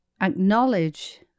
acknowledge